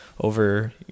over